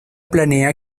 planea